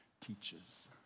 teaches